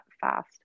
fast